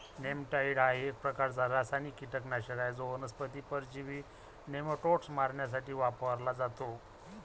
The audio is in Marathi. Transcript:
नेमॅटाइड हा एक प्रकारचा रासायनिक कीटकनाशक आहे जो वनस्पती परजीवी नेमाटोड्स मारण्यासाठी वापरला जातो